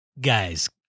guys